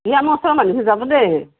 এই আমাৰ ওচৰৰ মানুহখিনি যাব দে